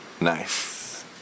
Nice